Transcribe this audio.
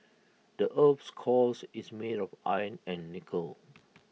the Earth's cores is made of iron and nickel